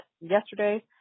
yesterday